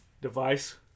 device